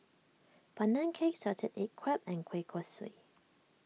Pandan Cake Salted Egg Crab and Kueh Kosui